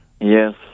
Yes